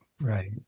Right